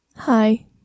Hi